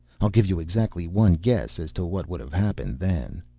i'll give you exactly one guess as to what would have happened then.